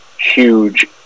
Huge